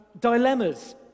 Dilemmas